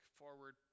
forward